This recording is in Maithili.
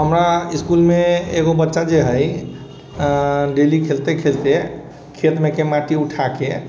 हमरा इसकुलमे एगो बच्चा जे हइ डेली खेलते खेलते खेतमेके माटि उठाकऽ